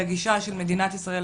הגישה של מדינת ישראל,